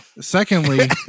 Secondly